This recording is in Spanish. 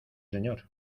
señor